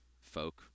folk